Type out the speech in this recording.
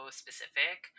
specific